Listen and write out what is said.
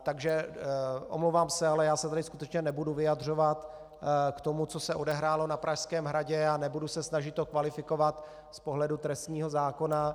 Takže se omlouvám, ale já se tady skutečně nebudu vyjadřovat k tomu, co se odehrálo na Pražském hradě, a nebudu se snažit to kvalifikovat z pohledu trestního zákona.